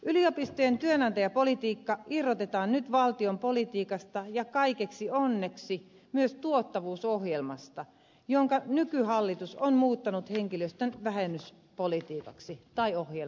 yliopistojen työnantajapolitiikka irrotetaan nyt valtion politiikasta ja kaikeksi onneksi myös tuottavuusohjelmasta jonka nykyhallitus on muuttanut henkilöstön vähennyspolitiikaksi tai ohjelmaksi